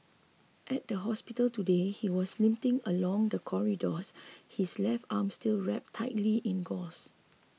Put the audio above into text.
at the hospital today he was limping along the corridors his left arm still wrapped tightly in gauze